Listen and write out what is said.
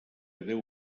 deu